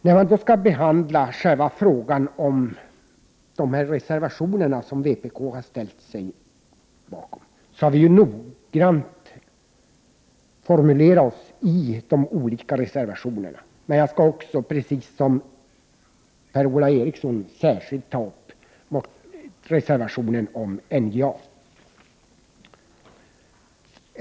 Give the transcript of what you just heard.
När man skall behandla frågan om de reservationer som vpk ställt sig bakom har vi noga formulerat oss i de olika reservationerna, men jag — precis som Per-Ola Eriksson — tar särskilt upp reservationen om NJA.